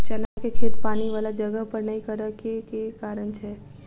चना केँ खेती पानि वला जगह पर नै करऽ केँ के कारण छै?